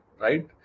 right